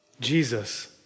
Jesus